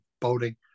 boating